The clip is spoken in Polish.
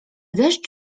deszcz